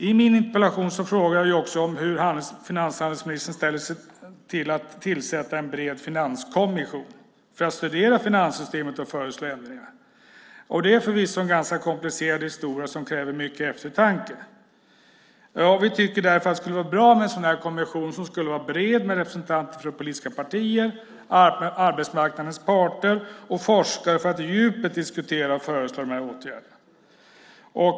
I min interpellation frågar jag också hur finanshandelsministern ställer sig till att tillsätta en bred finanskommission för att studera finanssystemet och föreslå ändringar. Det är förvisso en ganska komplicerad historia som kräver mycket eftertanke. Vi tycker därför att det vore bra med en sådan kommission. Den skulle vara bred och ha representanter från politiska partier, arbetsmarknadens parter och forskare för att på djupet diskutera och föreslå åtgärder.